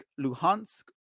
Luhansk